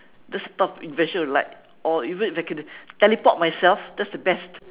just stop invention of like or even if I can teleport myself that's the best